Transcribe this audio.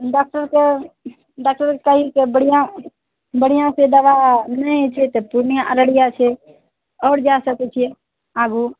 डॉक्टरके डॉक्टरके कहींके बढ़िआँ बढ़िआँसँ दवा नहि छै तऽ पूर्णियाँ अररिया छै आओर जा सकय छियै आगू